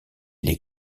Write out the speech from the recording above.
des